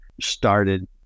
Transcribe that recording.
started